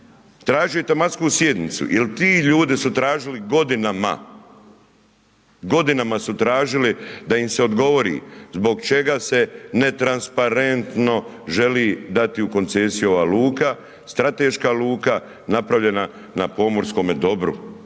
tražio i tematsku sjednicu jel ti ljudi su tražili godinama, godinama su tražili da im se odgovori zbog čega se netransparentno želi dati u koncesiju ova luka, strateška luka, napravljena na pomorskome dobru